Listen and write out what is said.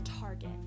target